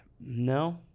no